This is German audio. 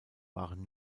waren